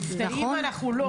מופתעים אנחנו לא.